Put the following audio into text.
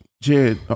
Jed